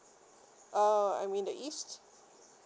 uh I'm in the east